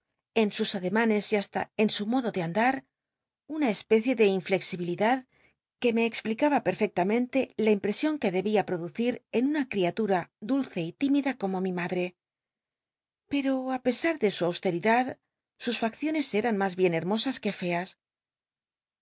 en sus ademanes y hasta en su modo de andm una csj pecie de inflexibilidad que me explicaba perfectamente la impresion que debia pa lucir en una criatura dulce y tímida como mi madre pero pesa ele su austeidad sus facciones eran mas bien hermosas que feas